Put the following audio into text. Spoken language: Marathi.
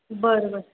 बरं बरं